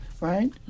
right